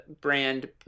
brand